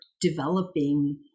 developing